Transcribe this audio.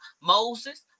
moses